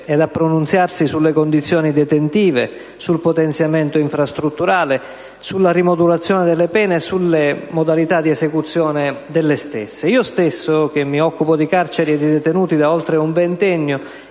e a pronunciarsi sulle condizioni detentive, sul potenziamento infrastrutturale, sulla rimodulazione delle pene e sulla modalità di esecuzione delle stesse. Io stesso, che mi occupo di carceri e di detenuti da oltre un ventennio,